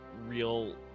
real